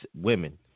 women